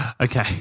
okay